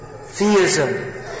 theism